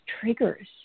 triggers